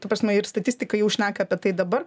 ta prasme ir statistikai jau šneka apie tai dabar